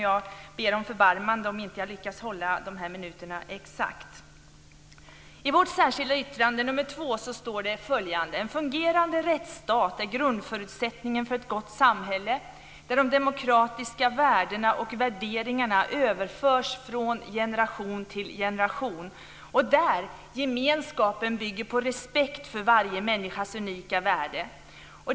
Jag ber om förbarmande om jag inte lyckas hålla de här minuterna exakt. I vårt särskilda yttrande nr 2 står följande: "En fungerande rättsstat är grundförutsättningen för ett gott samhälle där de demokratiska värdena och värderingarna överförs från generation till generation och där gemenskapen bygger på respekt för varje människas unika värde."